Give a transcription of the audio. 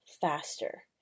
faster